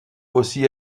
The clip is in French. aussi